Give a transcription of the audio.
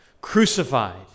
crucified